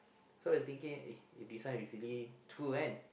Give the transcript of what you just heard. so I thinking uh this one is really true one